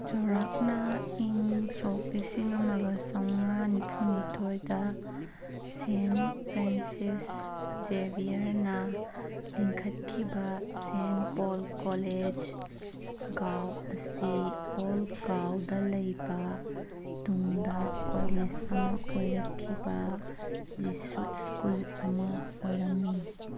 ꯆꯧꯔꯥꯛꯅ ꯏꯪ ꯁꯣꯛ ꯂꯤꯁꯤꯡ ꯑꯃꯒ ꯆꯃꯉꯥ ꯅꯤꯐꯨꯅꯤꯊꯣꯏꯗ ꯁꯦꯟ ꯐ꯭ꯔꯦꯟꯁꯤꯁ ꯖꯦꯚꯤꯌꯔꯅ ꯂꯤꯡꯈꯠꯈꯤꯕ ꯁꯦꯟ ꯄꯣꯜ ꯀꯣꯂꯦꯖ ꯒꯥꯎ ꯑꯁꯤ ꯑꯣꯜ ꯒꯥꯎꯗ ꯂꯩꯕ ꯇꯨꯡꯗ ꯀꯣꯂꯦꯖ ꯑꯃ ꯑꯣꯏꯔꯛꯈꯤꯕ ꯖꯤꯁꯨꯠ ꯁ꯭ꯀꯨꯜ ꯑꯃ ꯑꯣꯏꯔꯝꯃꯤ